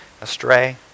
astray